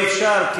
אי-אפשר,